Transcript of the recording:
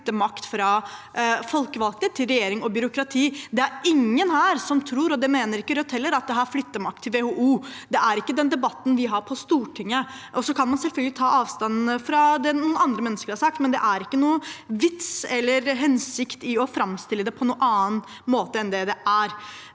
flytter makt fra folkevalgte til regjering og byråkrati. Det er ingen her som tror – og det mener heller ikke Rødt – at man flytter makt til WHO. Det er ikke den debatten vi har på Stortinget. Man kan selvfølgelig ta avstand fra det andre har sagt, men det er ikke noen vits i og har ingen hensikt å framstille det på noen annen måte enn slik det er.